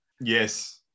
Yes